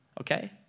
okay